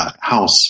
house